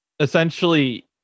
Essentially